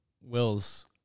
Will's